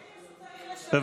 בבקשה.